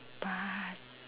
but